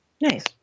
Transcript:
Nice